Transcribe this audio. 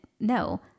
no